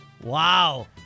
Wow